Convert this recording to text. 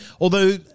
Although-